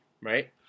right